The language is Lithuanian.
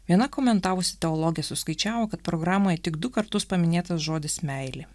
viena komentavusi teologė suskaičiavo kad programoje tik du kartus paminėtas žodis meilė